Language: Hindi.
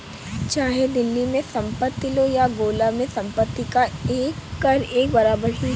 चाहे दिल्ली में संपत्ति लो या गोला में संपत्ति कर एक बराबर ही है